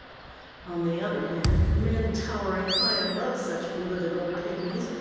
on the other hand, men towering high above such political pygmies,